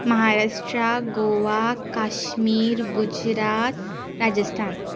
Maharashtra Goa Kashmir Gujarat Rajasthan